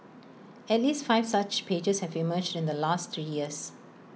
at least five such pages have emerged in the last three years